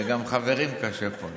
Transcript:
וגם חברים קשה פה למצוא.